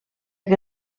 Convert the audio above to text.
que